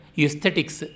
aesthetics